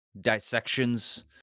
dissections